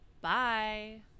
Bye